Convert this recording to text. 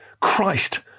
Christ